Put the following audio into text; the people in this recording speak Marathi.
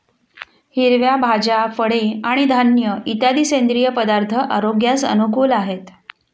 हिरव्या भाज्या, फळे आणि धान्य इत्यादी सेंद्रिय पदार्थ आरोग्यास अनुकूल आहेत